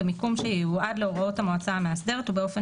במיקום שייועד להוראות המועצה המאסדרת ובאופן